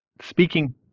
speaking